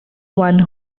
one